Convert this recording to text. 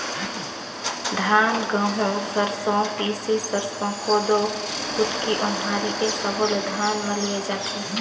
धान, गहूँ, सरसो, तिसी, सरसो, कोदो, कुटकी, ओन्हारी ए सब्बो ल धान म लूए जाथे